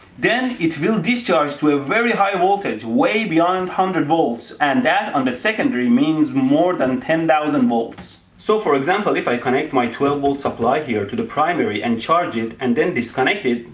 then it will discharge to a very high voltage way beyond one hundred volts. and that on the secondary means more than ten thousand volts. so for example, if i connect my twelve volt supply here to the primary and charge it, and then disconnect it,